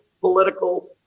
political